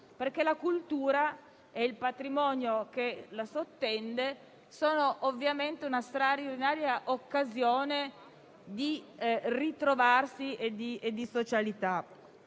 perché la cultura e il patrimonio che la sottende sono ovviamente una straordinaria occasione per ritrovarsi e per la socialità.